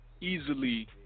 Easily